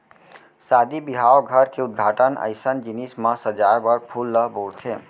सादी बिहाव, घर के उद्घाटन अइसन जिनिस म सजाए बर फूल ल बउरथे